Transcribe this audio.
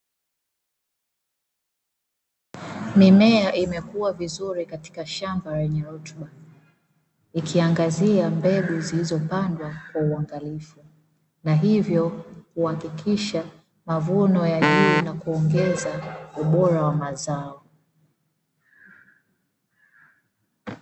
Mimea imekua vizuri katika shamba lenye rutuba, ikiangazia mbegu zilizopandwa kwa uangalifu na hivyo kuhakikisha mavuno yaliyo na kuongeza ubora wa mazao.